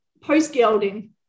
post-gelding